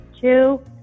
two